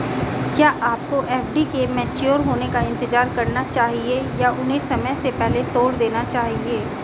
क्या आपको एफ.डी के मैच्योर होने का इंतज़ार करना चाहिए या उन्हें समय से पहले तोड़ देना चाहिए?